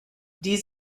die